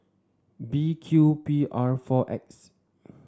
B Q P R four X